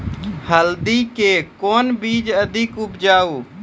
हल्दी के कौन बीज अधिक उपजाऊ?